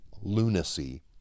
lunacy